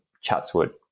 Chatswood